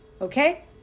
Okay